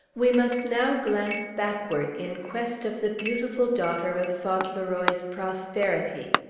we must now glance backward, in quest of the beautiful daughter of fauntleroy's prosperity.